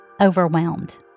overwhelmed